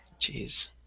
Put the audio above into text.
jeez